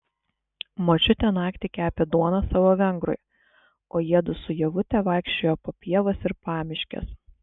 močiutė naktį kepė duoną savo vengrui o jiedu su ievute vaikščiojo po pievas ir pamiškes